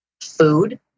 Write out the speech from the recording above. food